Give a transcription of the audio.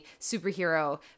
superhero